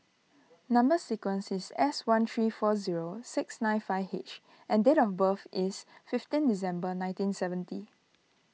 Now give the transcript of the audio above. Number Sequence is S one three four zero six nine five H and date of birth is fifteen December nineteen seventy